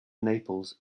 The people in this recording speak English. naples